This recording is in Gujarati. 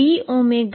હશે